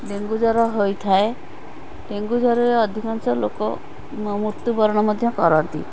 dengue ଜ୍ୱର ହୋଇଥାଏ dengue ଜ୍ୱରରେ ଅଧିକାଂଶ ଲୋକ ମୃତ୍ୟୁବରଣ ମଧ୍ୟ କରନ୍ତି